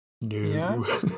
No